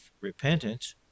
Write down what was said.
repentance